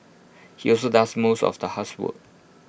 he also does most of the housework